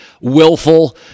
willful